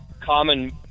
common